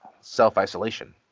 self-isolation